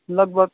लगभग